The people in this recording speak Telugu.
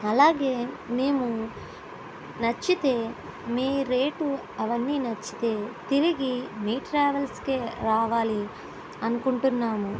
అలాగే మేము నచ్చితే మీ రేటు అవన్నీ నచ్చితే తిరిగి మీ ట్రావెల్స్కి రావాలి అనుకుంటున్నాము